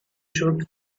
should